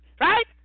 right